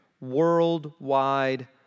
worldwide